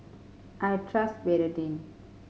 I trust Betadine